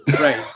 Right